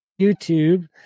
YouTube